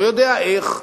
לא יודע איך,